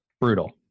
brutal